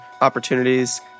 opportunities